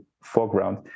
foreground